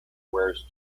wears